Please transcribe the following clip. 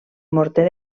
morter